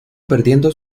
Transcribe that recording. perdiendo